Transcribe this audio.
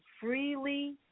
freely